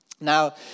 Now